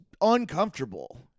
uncomfortable